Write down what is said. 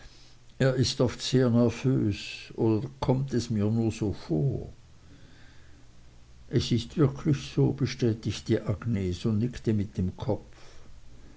er ist oft sehr nervös oder kommt es mir nur so vor es ist wirklich so bestätigte agnes und nickte mit dem kopf